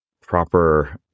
proper